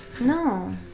No